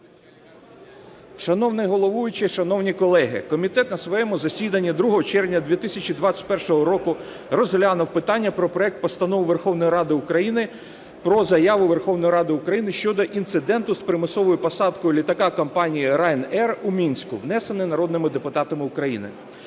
Шановний головуючий, шановні колеги! Комітет на своєму засіданні 2 червня 2021 року розглянув питання про проект Постанови Верховної Ради України про Заяву Верховної Ради України щодо інциденту з примусовою посадкою літака компанії Ryаnair у Мінську, внесений народними депутатами України.